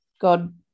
God